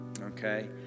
Okay